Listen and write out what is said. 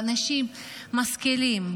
באנשים משכילים,